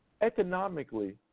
Economically